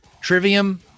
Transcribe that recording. Trivium